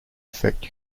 affect